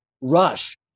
rush